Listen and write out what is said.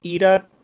Ira